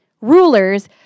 rulers